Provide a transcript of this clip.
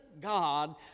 God